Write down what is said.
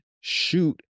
shoot